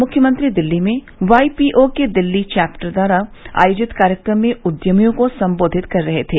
मुख्यमंत्री दिल्ली में वाईपीओ के दिल्ली चैप्टर द्वारा आयोजित कार्यक्रम में उद्यमियों को संबोधित कर रहे थे